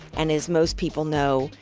and as most people know,